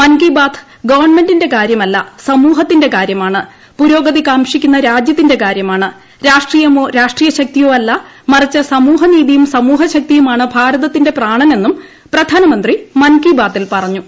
മൻ കി ബാത് ഗവൺമെന്റിന്റെ കാര്യമല്ല സമൂഹത്തിന്റെ കാര്യമാണ് പുരോഗതി കാംക്ഷിക്കുന്ന രാജ്യത്തിന്റെ കാര്യമാണ് രാഷ്ട്രീയമോ രാഷ്ട്രീയ ശക്തിയോ അല്ല മറിച്ച് സമൂഹൂനീതിയും സമൂഹശക്തിയുമാണ് ഭാരതത്തിന്റെ പ്രാണനെന്നും പ്രധാനമന്ത്രി മൻ കി ബാത്തിൽ പറഞ്ഞു